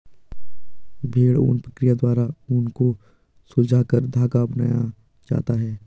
भेड़ ऊन प्रक्रिया द्वारा ऊन को सुलझाकर धागा बनाया जाता है